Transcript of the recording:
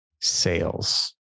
sales